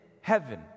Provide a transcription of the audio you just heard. heaven